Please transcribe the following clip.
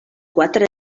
quatre